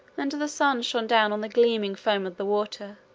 and the sun shone down on the gleaming foam of the water,